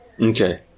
okay